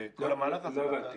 לא הבנתי.